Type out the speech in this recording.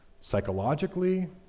psychologically